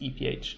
EPH